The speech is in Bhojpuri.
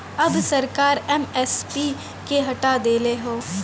अब सरकार एम.एस.पी के हटा देले हौ